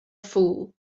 fool